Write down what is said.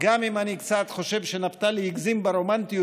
גם אם אני קצת חושב שנפתלי הגזים ברומנטיות